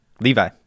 levi